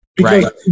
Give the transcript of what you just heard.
Right